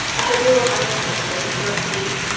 i hope you're all having a great start to the week,